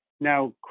Now